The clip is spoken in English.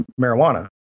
marijuana